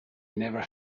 never